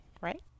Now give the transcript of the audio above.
right